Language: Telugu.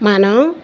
మనం